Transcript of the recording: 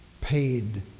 Paid